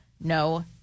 No